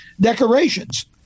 decorations